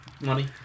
money